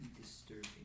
disturbing